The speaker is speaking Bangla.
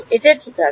এটা ঠিক আছে